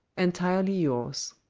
entirely yours.